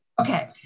Okay